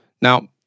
Now